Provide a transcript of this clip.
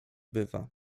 bywa